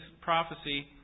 prophecy